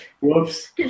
Whoops